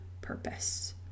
purpose